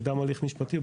קדם הליך משפטי,